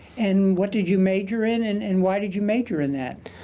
and what did you major in, and and why did you major in that?